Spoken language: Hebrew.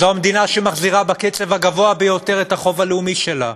זו המדינה שמחזירה בקצב הגבוה ביותר את החוב הלאומי שלה.